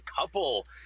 couple